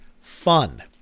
fun